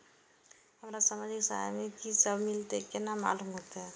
हमरा सामाजिक सहायता में की सब मिलते केना मालूम होते?